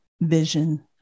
vision